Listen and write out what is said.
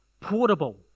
portable